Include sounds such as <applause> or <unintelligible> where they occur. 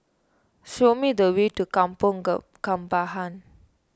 show me the way to Kampong <unintelligible> Kembangan